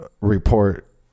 report